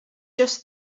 just